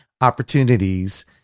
opportunities